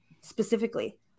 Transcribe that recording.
specifically